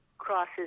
crosses